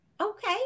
okay